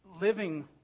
living